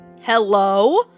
Hello